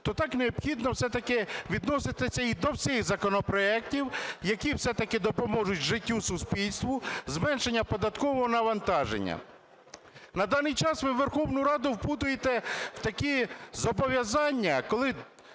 то так необхідно все-таки відноситися і до всіх законопроектів, які все-таки допоможуть життю суспільства, зменшенню податкового навантаження. На даний час ви Верховну Раду вплутуєте в такі зобов'язання, коли